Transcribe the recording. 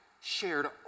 shared